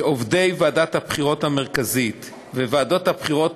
שעובדי ועדת הבחירות המרכזית וועדות הבחירות